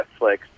Netflix